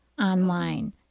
online